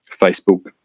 Facebook